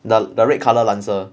the the red colour lancer